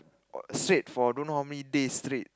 said for don't know how many days straight